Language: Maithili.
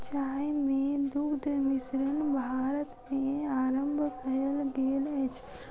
चाय मे दुग्ध मिश्रण भारत मे आरम्भ कयल गेल अछि